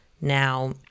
Now